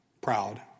proud